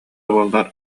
буоллар